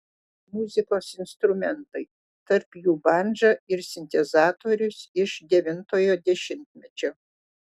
muzikos instrumentai tarp jų bandža ir sintezatorius iš devintojo dešimtmečio